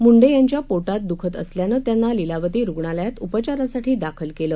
मुंडे यांच्या पोटात दुखत असल्यानं त्यांना लीलावती रुग्णालयात उपचारासाठी दाखल केलं